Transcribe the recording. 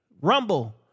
rumble